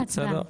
להצבעה.